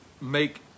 make